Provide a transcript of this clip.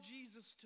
Jesus